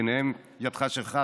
וביניהן ידך שלך,